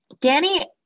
Danny